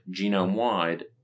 genome-wide